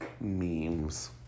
memes